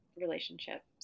relationship